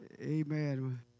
Amen